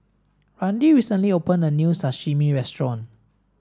Randi recently opened a new Sashimi restaurant